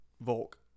Volk